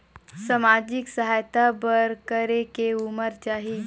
समाजिक सहायता बर करेके उमर चाही?